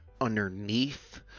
underneath